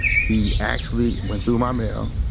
he actually went through my mail,